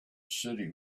city